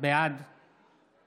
בעד